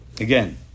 again